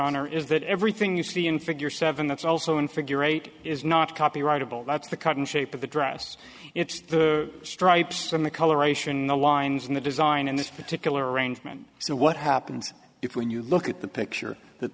honor is that everything you see in figure seven that's also in figure eight is not copyrightable that's the cut and shape of the dress it's the stripes on the coloration in the lines in the design in this particular arrangement so what happens if when you look at the picture that